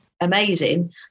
amazing